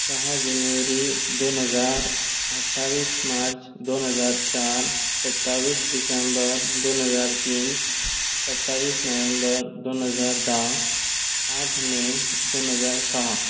सहा जानेवारी दोन हजार अठ्ठावीस मार्च दोन हजार चार सत्तावीस डिसेंबर दोन हजार तीन सत्तावीस नोव्हेंबर दोन हजार धा आठ मे दोन हजार सहा